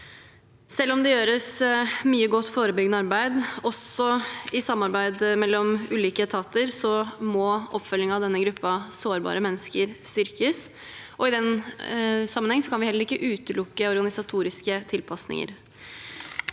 Selv om det gjøres mye godt forebyggende arbeid, også i samarbeid mellom ulike etater, må oppfølging av denne gruppen sårbare mennesker styrkes, og i den sammenheng kan vi heller ikke utelukke organisatoriske tilpasninger.